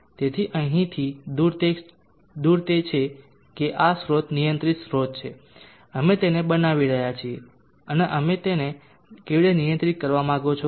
તેથી અહીંથી દૂર તે છે કે આ સ્રોત નિયંત્રિત સ્રોત છે અમે તેને બનાવી રહ્યા છીએ અને તમે તેને કેવી રીતે નિયંત્રિત કરવા માંગો છો